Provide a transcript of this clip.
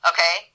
Okay